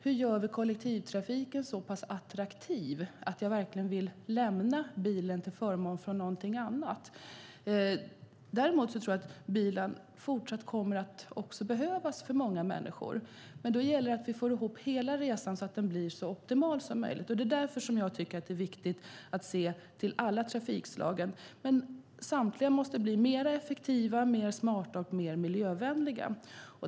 Hur gör vi kollektivtrafiken så pass attraktiv att jag verkligen vill lämna bilen till förmån för någonting annat? Jag tror däremot att bilen fortsatt kommer att behövas för många människor. Det gäller att vi får ihop hela resan så att den blir så optimal som möjligt. Det är därför som det är viktigt att se till alla trafikslagen. Samtliga måste bli mer effektiva, mer smarta och mer miljövänliga.